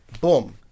boom